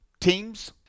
teams